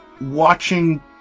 watching